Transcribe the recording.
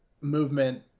movement